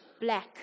black